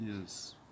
Yes